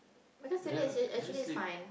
because today is it actually is fine